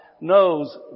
knows